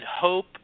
hope